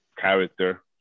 character